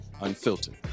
unfiltered